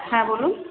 হ্যাঁ বলুন